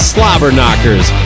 Slobberknockers